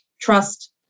trust